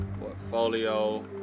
Portfolio